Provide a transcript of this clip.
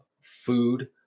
food